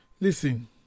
Listen